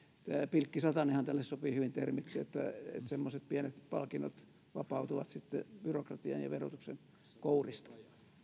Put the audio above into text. pilkkisatanenhan tälle sopii hyvin termiksi että semmoiset pienet palkinnot vapautuvat sitten byrokratian ja verotuksen kourista